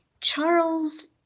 Charles